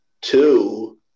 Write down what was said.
two